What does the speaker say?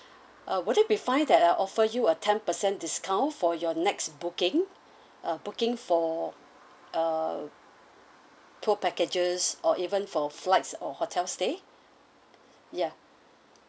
uh would it be fine that I offer you a ten percent discount for your next booking uh booking for uh tour packages or even for flights or hotel stay ya